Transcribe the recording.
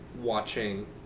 watching